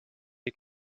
est